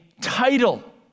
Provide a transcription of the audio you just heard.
title